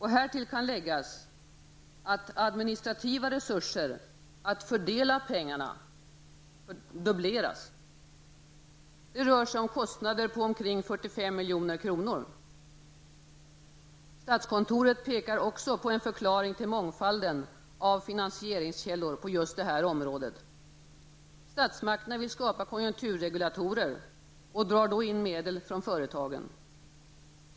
Härtill kan läggas att administrativa resurser att fördela pengarna dubbleras. Det rör sig om kostnader på omkring 45 milj.kr. Statskontoret pekar också på en förklaring till mångfalden av finansieringskällor på just det här området. Statsmakterna vill skapa konjunkturregulatorer och drar då in medel från företagen.